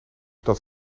dat